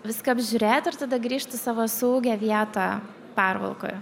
viską apžiūrėt ir tada grįžt į savo saugią vietą pervalkoje